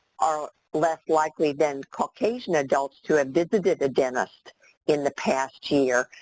are less likely than caucasian adults to have visited a dentist in the past year.